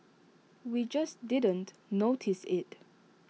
we just didn't notice IT